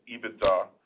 EBITDA